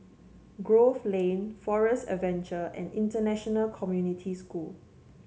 Grove Lane Forest Adventure and International Community School